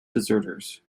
deserters